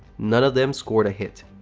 none of them scored a hit.